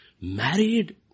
married